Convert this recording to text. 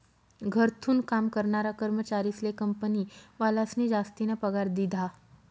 घरथून काम करनारा कर्मचारीस्ले कंपनीवालास्नी जासतीना पगार दिधा